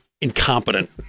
incompetent